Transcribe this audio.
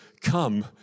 come